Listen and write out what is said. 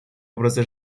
образа